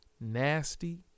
Nasty